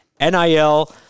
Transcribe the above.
NIL